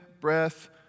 breath